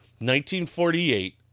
1948